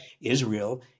Israel